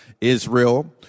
Israel